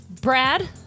Brad